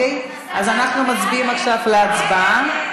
אז אנחנו עוברים עכשיו להצבעה.